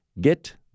Get